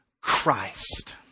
Christ